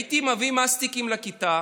הייתי מביא מסטיקים לכיתה